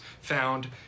found